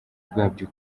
bwabyo